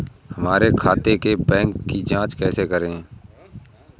हमारे खाते के बैंक की जाँच कैसे करें?